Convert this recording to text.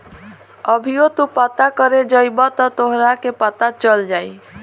अभीओ तू पता करे जइब त तोहरा के पता चल जाई